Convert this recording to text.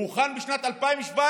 הוכן בשנת 2017,